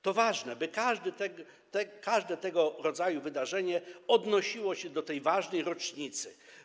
To ważne, by każde tego rodzaju wydarzenie odnosiło się do tej ważnej rocznicy.